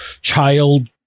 child